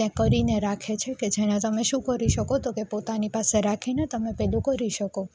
ત્યાં કરીને રાખે છે જેને તમે શું કરી શકો તો પોતાની પાસે રાખીને તમે પેલું કરી શકો